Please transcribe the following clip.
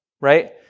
right